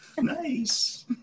Nice